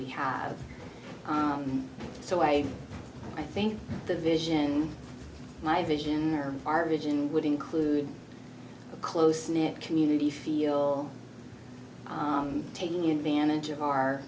we have so i i think the vision my vision or our vision would include a close knit community feel taking advantage of our